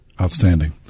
Outstanding